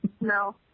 No